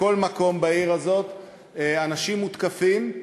בכל מקום בעיר הזאת אנשים מותקפים,